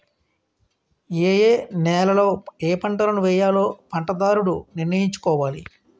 ఏయే నేలలలో ఏపంటలను వేయాలో పంటదారుడు నిర్ణయించుకోవాలి